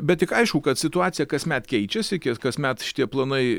bet tik aišku kad situacija kasmet keičiasi kasmet šitie planai